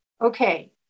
okay